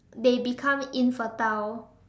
they become infertile